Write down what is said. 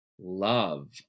love